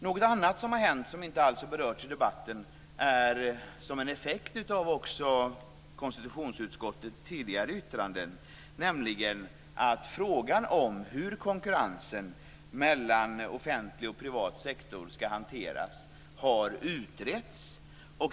Något annat som har hänt som inte alls har berörts i debatten är det som också är en effekt av konstitutionsutskottets tidigare yttranden, nämligen att frågan om hur konkurrensen mellan offentlig och privat sektor skall hanteras har utretts.